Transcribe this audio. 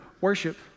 Worship